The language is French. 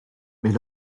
mais